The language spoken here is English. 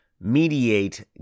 mediate